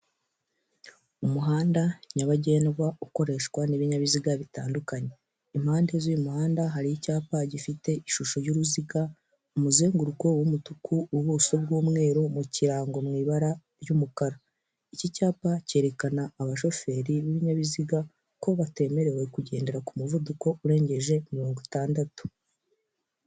Umuhanda nyabagendwa ukoreshwa n'ibinyabiziga bitandukanye. Impande z'uyu muhanda hari icyapa gifite ishusho y'uruziga, umuzenguruko w'umutuku, ubuso bw'umweru, mu kirango mu ibara ry'umukara. Iki cyapa cyerekana abashoferi b'ibinyabiziga ko batemerewe kugendera ku muvuduko urengeje mirongo itandatu.